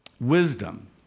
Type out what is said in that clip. Wisdom